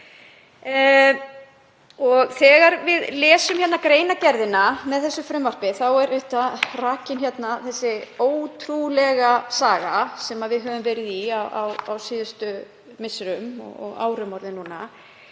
Þegar við lesum greinargerðina með þessu frumvarpi er rakin þessi ótrúlega saga sem við höfum verið í á síðustu misserum og árum orðið núna,